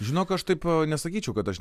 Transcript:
žinok aš taip nesakyčiau kad aš